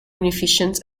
inefficient